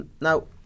Now